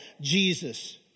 Jesus